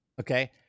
okay